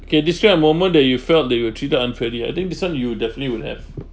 okay describe a moment that you felt that you were treated unfairly I think this one you'll definitely would have